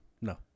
No